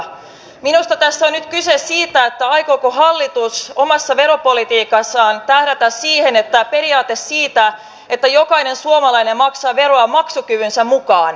minusta tässä on nyt kyse siitä aikooko hallitus omassa veropolitiikassaan tähdätä siihen että periaate siitä että jokainen suomalainen maksaa veroa maksukykynsä mukaan toteutuu